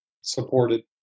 supported